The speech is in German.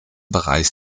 bereich